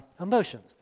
emotions